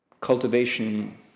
cultivation